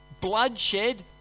bloodshed